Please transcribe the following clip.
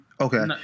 okay